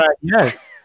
Yes